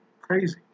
Crazy